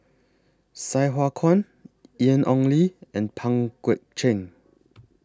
Sai Hua Kuan Ian Ong Li and Pang Guek Cheng